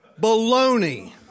Baloney